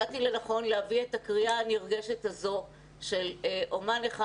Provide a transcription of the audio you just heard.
מצאתי לנכון להביא את הקריאה הנרגשת הזאת של אמן אחד